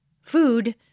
food